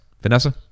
Vanessa